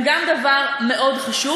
הליבה מבחינתי הם גם דבר מאוד חשוב,